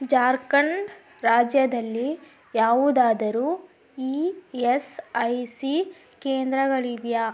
ಜಾರ್ಖಂಡ್ ರಾಜ್ಯದಲ್ಲಿ ಯಾವುದಾದರೂ E S I C ಕೇಂದ್ರಗಳಿವೆಯಾ